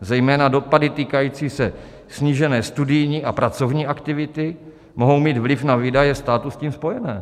Zejména dopady týkající se snížené studijní a pracovní aktivity mohou mít vliv na výdaje státu s tím spojené.